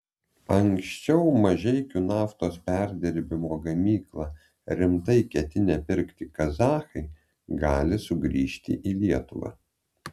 anksčiau mažeikių naftos perdirbimo gamyklą rimtai ketinę pirkti kazachai gali sugrįžti į lietuvą